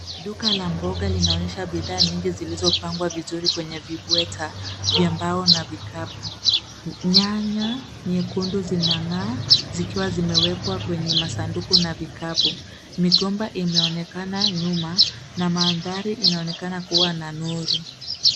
Duka la mboga linaonyesha bidhaa nyingi zilizopangwa vizuri kwenye vibweta vya mbao na vikapu. Nyanya nyekundu zinang'aa zikiwa zimewekwa kwenye masanduku na vikapu. Migomba imeonekana nyuma na mandhari inaonekana kuwa na nuru.